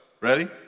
Ready